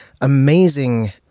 amazing